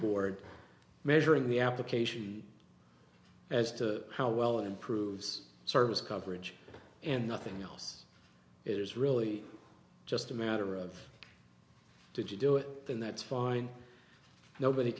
board measuring the application as to how well it improves service coverage and nothing else it is really just a matter of did you do it then that's fine nobody